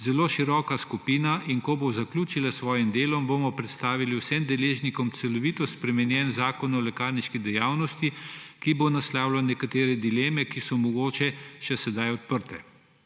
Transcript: zelo široka skupina, in ko bo zaključila s svojim delom, bomo predstavili vsem deležnikom celovito spremenjen Zakon o lekarniški dejavnosti, ki bo naslavljal nekatere dileme, ki so mogoče še sedaj odprte.«